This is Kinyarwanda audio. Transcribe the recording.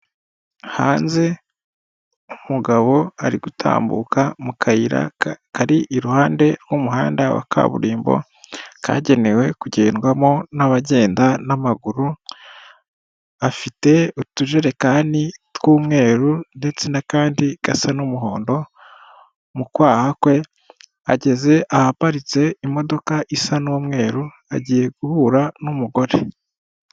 Hanze umugabo ari gutambuka mu kayira kari iruhande rw'umuhanda wa kaburimbo kagenewe kugendwamo n'abagenda n'amaguru, afite utujerekani tw'umweru ndetse n'akandi gasa n'umuhondo mu kwaha kwe, ageze ahaparitse imodoka isa n'umweru agiye guhura n'umugore.